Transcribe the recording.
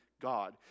God